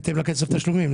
בהתאם לקצב התשלומים.